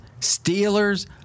Steelers